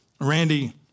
Randy